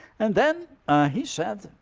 and then he said,